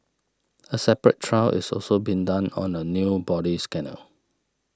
a separate trial is also being done on a new body scanner